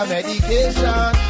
Medication